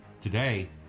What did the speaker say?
Today